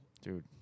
Dude